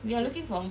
we are looking for